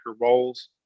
roles